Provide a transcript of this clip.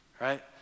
right